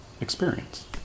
experience